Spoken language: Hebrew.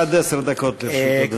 עד עשר דקות לרשות אדוני.